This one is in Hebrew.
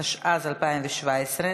התשע"ז 2017,